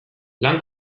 lan